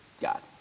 God